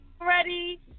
ready